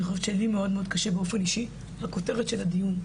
אני חושבת שלי מאוד קשה באופן אישי הכותרת של הדיון,